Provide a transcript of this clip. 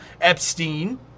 Epstein